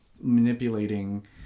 manipulating